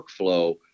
workflow